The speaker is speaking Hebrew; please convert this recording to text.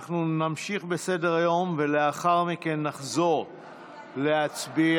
אנחנו נמשיך בסדר-היום, ולאחר מכן נחזור להצביע.